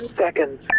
seconds